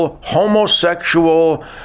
homosexual